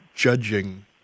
judging